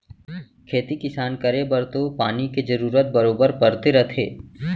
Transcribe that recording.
खेती किसान करे बर तो पानी के जरूरत बरोबर परते रथे